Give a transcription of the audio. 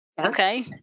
Okay